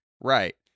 Right